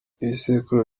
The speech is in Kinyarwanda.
ibisekuru